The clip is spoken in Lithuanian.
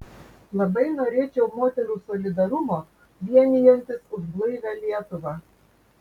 labai norėčiau moterų solidarumo vienijantis už blaivią lietuvą